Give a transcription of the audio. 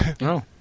No